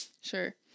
Sure